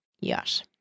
Yes